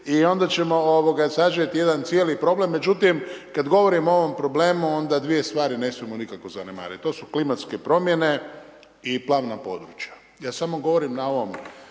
i onda ćemo sažeti jedan cijeli problem. Međutim, kada govorimo o ovom problemu, onda 2 stvari ne smijemo nikako zanemariti, to su klimatske promjene i plavna područja. Ja samo govorim na ovom